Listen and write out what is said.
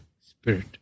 spirit